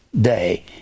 day